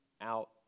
out